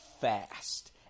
fast